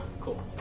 Cool